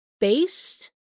based